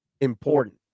important